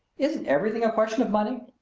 isn't everything a question of money?